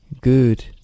good